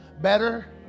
better